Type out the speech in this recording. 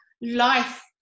life